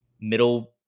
middle